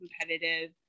competitive